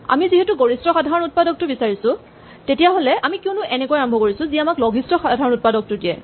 আমি যিহেতু গৰিষ্ঠ সাধাৰণ উৎপাদকটো বিচাৰিছো তেতিয়াহ'লে আমি কিয়নো এনেকৈ আৰম্ভ কৰিছো যি আমাক লঘিষ্ঠ সাধাৰণ উৎপাদকটো দিয়ে